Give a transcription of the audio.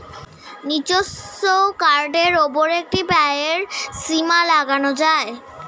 নিজস্ব কার্ডের উপর একটি ব্যয়ের সীমা লাগানো যায়